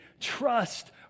trust